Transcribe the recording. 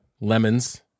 lemons